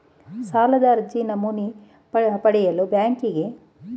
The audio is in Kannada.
ಸಾಲದ ಅರ್ಜಿ ನಮೂನೆ ಪಡೆಯಲು ಬ್ಯಾಂಕಿಗೆ ಏನಾದರೂ ಶುಲ್ಕ ಪಾವತಿಸಬೇಕೇ?